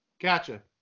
Gotcha